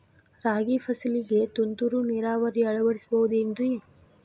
ರಾಗಿ ಫಸಲಿಗೆ ತುಂತುರು ನೇರಾವರಿ ಅಳವಡಿಸಬಹುದೇನ್ರಿ?